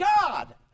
God